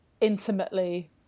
intimately